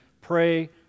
pray